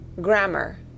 Grammar